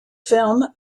film